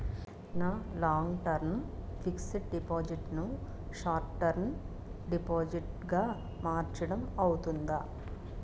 నా long term fixed deposit ను short term deposit గా మార్చటం అవ్తుందా?